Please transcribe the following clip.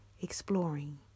exploring